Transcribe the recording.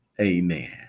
amen